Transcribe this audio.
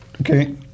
Okay